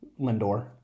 Lindor